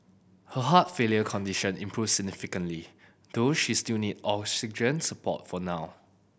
her heart failure condition improved significantly though she still needs oxygen support for now